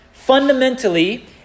fundamentally